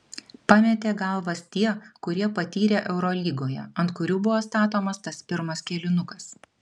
pametė galvas tie kurie patyrę eurolygoje ant kurių buvo statomas tas pirmas kėlinukas